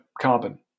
carbon